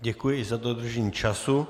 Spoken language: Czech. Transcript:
Děkuji i za dodržení času.